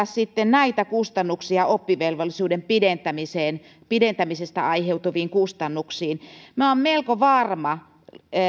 sitten näitä kustannuksia oppivelvollisuuden pidentämiseen pidentämisestä aiheutuviin kustannuksiin minä olen melko varma